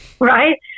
right